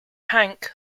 hank